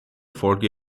folge